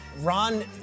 Ron